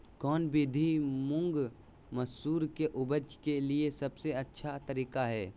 कौन विधि मुंग, मसूर के उपज के लिए सबसे अच्छा तरीका है?